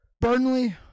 Burnley